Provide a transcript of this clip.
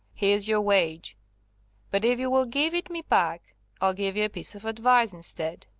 here's your wage but if you will give it me back i'll give you a piece of advice instead.